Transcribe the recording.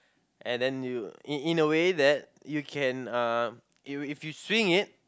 and then you in in a way that you can uh if if you swing it